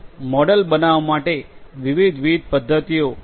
જેથી મોડેલ બનાવવા માટે વિવિધ વિવિધ પદ્ધતિઓ છે